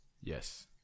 Yes